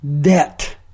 debt